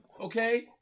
okay